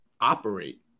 operate